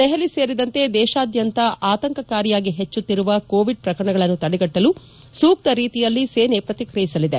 ದೆಹಲಿ ಸೇರಿದಂತೆ ದೇಶಾದ್ಯಂತ ಆತಂಕಕಾರಿಯಾಗಿ ಹೆಚ್ಚುತ್ತಿರುವ ಕೋವಿಡ್ ಪ್ರಕರಣಗಳನ್ನು ತಡೆಗಟ್ಟಲು ಸೂಕ್ತ ರೀತಿಯಲ್ಲಿ ಸೇನೆ ಪ್ರತಿಕ್ರಿಯಿಸಲಿದೆ